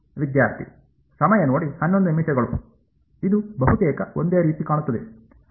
ಇದು ಬಹುತೇಕ ಒಂದೇ ರೀತಿ ಕಾಣುತ್ತದೆ